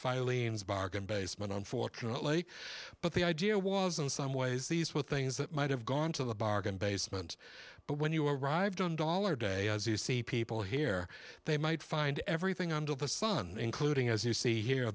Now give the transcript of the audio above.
filings bargain basement unfortunately but the idea was in some ways these were things that might have gone to the bargain basement but when you arrived on dollar day as you see people here they might find everything under the sun including as you see here